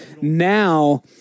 Now